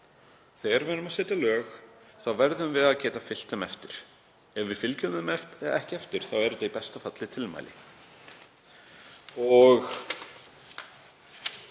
Þegar við erum að setja lög þá verðum við að geta fylgt þeim eftir. Ef við fylgjum þeim ekki eftir þá eru þau í besta falli tilmæli.